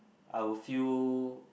I would feel